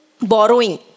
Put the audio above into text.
borrowing